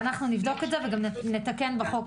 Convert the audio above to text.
אנחנו נבדוק את זה ונתקן בחוק.